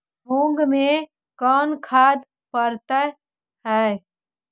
मुंग मे कोन खाद पड़तै है?